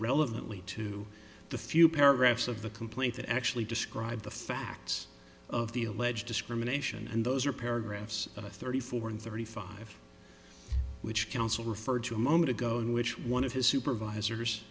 relevantly to the few paragraphs of the complaint that actually describe the facts of the alleged discrimination and those are paragraphs thirty four and thirty five which counsel referred to a moment ago in which one of his supervisors